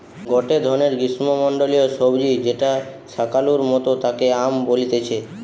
গটে ধরণের গ্রীষ্মমন্ডলীয় সবজি যেটা শাকালুর মতো তাকে য়াম বলতিছে